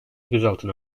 gözaltına